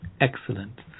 Excellent